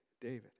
David